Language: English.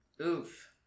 Oof